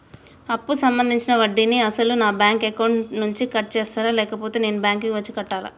అప్పు సంబంధించిన వడ్డీని అసలు నా బ్యాంక్ అకౌంట్ నుంచి కట్ చేస్తారా లేకపోతే నేను బ్యాంకు వచ్చి కట్టాలా?